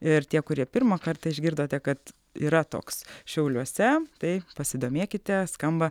ir tie kurie pirmą kartą išgirdote kad yra toks šiauliuose tai pasidomėkite skamba